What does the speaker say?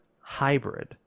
hybrid